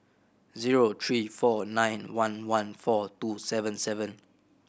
zero three four nine one one four two seven seven